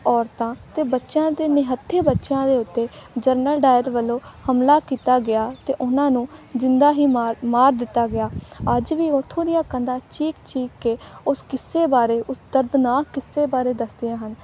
ਔਰਤਾਂ ਅਤੇ ਬੱਚਿਆਂ ਦੇ ਨਿਹੱਥੇ ਬੱਚਿਆਂ ਦੇ ਉੱਤੇ ਜਨਰਲ ਡਾਇਰ ਵੱਲੋਂ ਹਮਲਾ ਕੀਤਾ ਗਿਆ ਅਤੇ ਉਹਨਾਂ ਨੂੰ ਜਿੰਦਾ ਹੀ ਮਾਰ ਮਾਰ ਦਿੱਤਾ ਗਿਆ ਅੱਜ ਵੀ ਉਥੋਂ ਦੀਆਂ ਕੰਧਾਂ ਚੀਕ ਚੀਕ ਕੇ ਉਸ ਕਿੱਸੇ ਬਾਰੇ ਉਸ ਦਰਦਨਾਕ ਕਿੱਸੇ ਬਾਰੇ ਦੱਸਦੀਆਂ ਹਨ